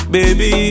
Baby